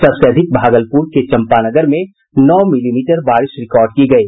सबसे अधिक भागलपुर के चंपानगर में नौ मिलीमीटर बारिश रिकॉर्ड की गयी